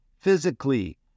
physically